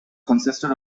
consisted